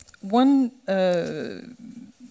One